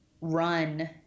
run